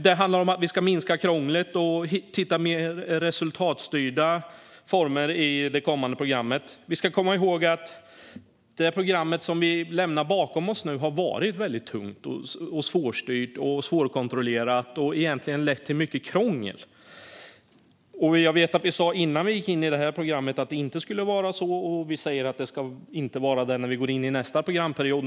Det handlar om att vi ska minska krånglet och hitta mer resultatstyrda former i det kommande programmet. Vi ska komma ihåg att det program som vi nu lämnar bakom oss har varit väldigt tungt, svårstyrt och svårkontrollerat och lett till mycket krångel. Jag vet att vi innan vi gick in i det programmet sa att det inte skulle vara så, och vi säger nu att det inte heller ska vara det när vi går in i nästa programperiod.